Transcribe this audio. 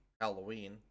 Halloween